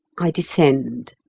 i descend.